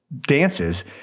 dances